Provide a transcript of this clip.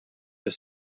your